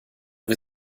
wir